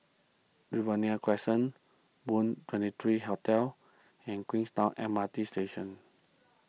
Riverina Crescent Moon twenty three Hotel and Queenstown M R T Station